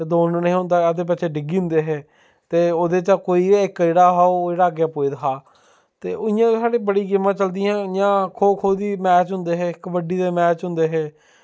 ते दौड़ना नेईं हा होंदा अद्धे बच्चे डिग्गी जंदे हे ते ओह्दे चा कोई गै इक जेह्ड़ा हा ओह् जेह्ड़ा अग्गें पुजदा हा ते उ'आं गे साढ़े बड़ी गेमां चलदियां हां इ'यां खो खो दे मैच होंदे हे कबड्डी दे मैच होंदे हे